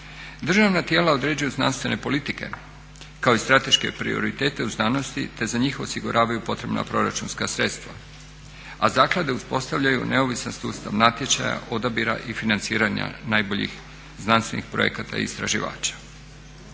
Državna tijela određuju znanstvene politike kao i strateške prioritete u znanosti, te za njih osiguravaju potrebna proračunska sredstva, a zaklade uspostavljaju neovisan sustav natječaja, odabira i financiranja najboljih znanstvenih projekata i istraživača.